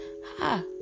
ha